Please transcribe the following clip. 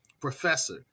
professor